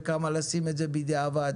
וכמה לשים את זה בדיעבד.